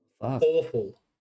Awful